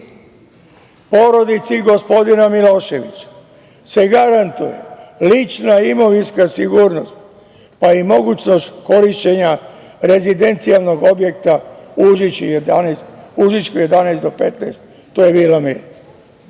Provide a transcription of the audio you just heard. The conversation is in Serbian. porodici gospodina Miloševića se garantuje lična imovinska sigurnost, pa i mogućnost korišćenja rezidencijalnog objekta u Užičkoj 11. do 15. To je vila